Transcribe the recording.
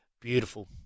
Beautiful